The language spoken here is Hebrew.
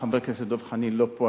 חבר הכנסת דב חנין לא פה,